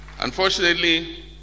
Unfortunately